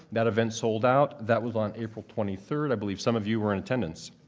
that event sold out. that was on april twenty third. i believe some of you were in attendance.